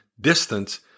distance